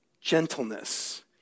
gentleness